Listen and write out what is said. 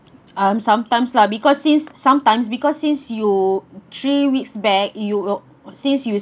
um sometimes lah because since sometimes because since you three weeks back you wou~ since you